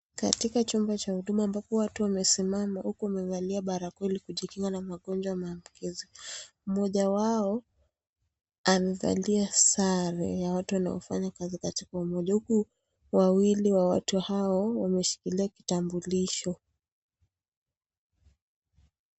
Katika chumba cha huduma ambapo watu wamesimama huku wamevalia barakoa ili kujikinga na magonjwa maambukizi, mmoja wao amevalia sare ya watu wanaofanya kazi katika umoja huku wawili wa watu hao wameshikilia kitambulisho.